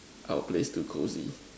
our place too cosy